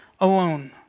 alone